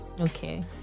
okay